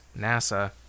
NASA